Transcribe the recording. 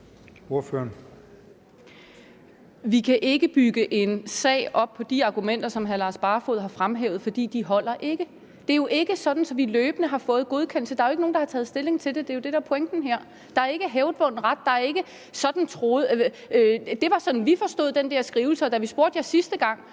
Vi kan ikke bygge en sag op på de argumenter, som hr. Lars Barfoed har fremhævet, for de holder ikke. Det er jo ikke sådan, at vi løbende har fået godkendelse. Der er jo ikke nogen, der har taget stilling til det. Det er jo det, der her er pointen. Der er ingen hævdvunden ret. Der er ikke noget med: Det var sådan, vi forstod den der skrivelse, og da vi spurgte jer sidste gang,